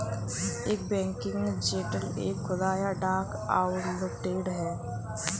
एक banking agent एक खुदरा या डाक आउटलेट है